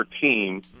team